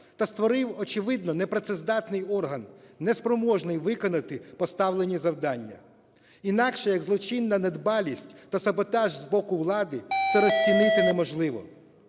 та створив очевидно непрацездатний орган, не спроможний виконати поставлені завдання. Інакше як злочинна недбалість та саботаж з боку влади це розцінити неможливо.